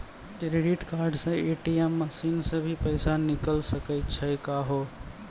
Credit card से ATM machine से भी पैसा निकल सकै छि का हो?